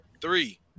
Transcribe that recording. Three